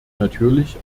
natürlich